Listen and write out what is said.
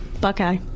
Buckeye